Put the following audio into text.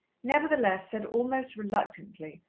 nevertheless said almost reluctantly,